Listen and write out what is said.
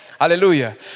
Hallelujah